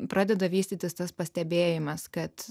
pradeda vystytis tas pastebėjimas kad